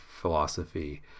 philosophy